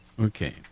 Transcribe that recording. Okay